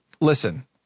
listen